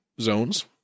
zones